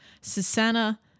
Susanna